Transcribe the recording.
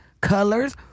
colors